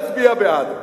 להצביע בעד.